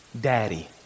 Daddy